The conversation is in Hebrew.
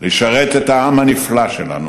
לשרת את העם הנפלא שלנו